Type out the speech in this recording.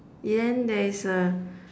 there is a